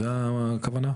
זו הכוונה?